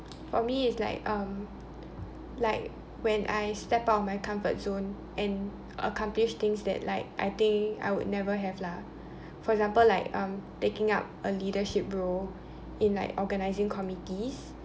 for me it's like um like when I step out of my comfort zone and accomplish things that like I think that would never have lah for example like um taking up a leadership role in like organizing committees